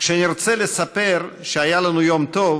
כשנרצה לספר שהיה לנו יום טוב,